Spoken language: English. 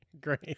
Great